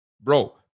Bro